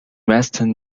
western